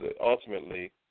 ultimately